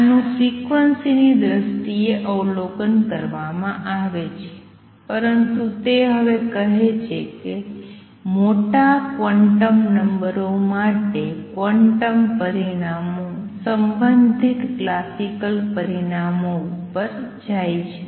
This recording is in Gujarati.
આનું ફ્રિક્વન્સી ની દ્રષ્ટિએ અવલોકન કરવામાં આવે છે પરંતુ તે હવે કહે છે કે મોટા ક્વોન્ટમ નંબરો માટે ક્વોન્ટમ પરિણામો સંબંધિત ક્લાસિકલ પરિણામો ઉપર જાય છે